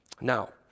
Now